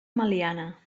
meliana